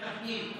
ועדת פנים.